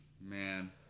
Man